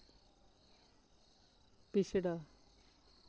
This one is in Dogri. पिछड़ा